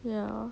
ya